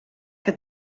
que